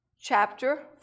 Chapter